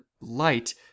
light